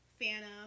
phantom